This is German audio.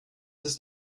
ist